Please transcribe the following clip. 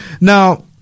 Now